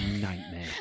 nightmare